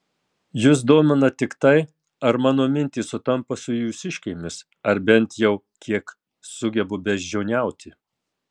jus domina tik tai ar mano mintys sutampa su jūsiškėmis ar bent jau kiek sugebu beždžioniauti